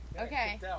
Okay